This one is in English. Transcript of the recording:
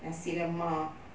nasi lemak